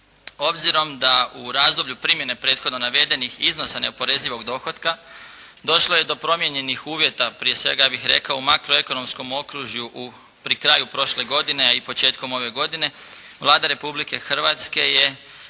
Obzirom da u razdoblju primjene prethodno navedenih iznosa neoporezivog dohotka, došlo je do promijenjenih uvjeta, prije svega ja bih rekao u makroekonomskom okružju pri kraju prošle godine, a i početkom ove godine, Vlada Republike Hrvatske je